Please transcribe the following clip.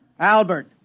Albert